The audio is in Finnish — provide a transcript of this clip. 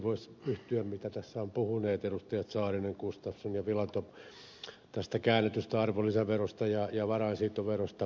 voisi yhtyä siihen mitä tässä ovat puhuneet edustajat saarinen gustafsson ja filatov tästä käännetystä arvonlisäverosta ja varainsiirtoverosta